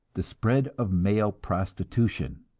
the spread of male prostitution.